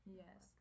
yes